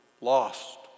lost